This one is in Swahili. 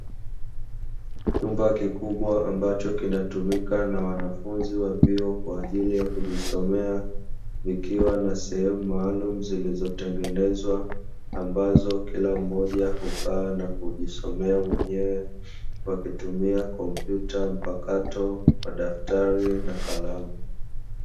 Chumba kikubwa ambacho kinatumika na wanafunzi wa vyuo kwaajili ya kujisomea, vikiwa na sehemu maalumu zilizotengenezwa ambazo kila mmoja hukaa na kujisomea mwenyewe kwa kutumia kompyuta mpakato, madaftari na kalamu.